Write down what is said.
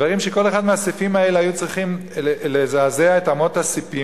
דברים שכל אחד מהסעיפים האלה היו צריכים לזעזע את אמות הספים